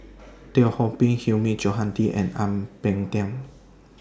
Teo Ho Pin Hilmi Johandi and Ang Peng Tiam